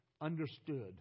understood